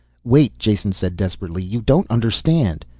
wait! jason said desperately. you don't understand.